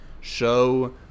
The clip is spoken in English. show